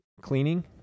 cleaning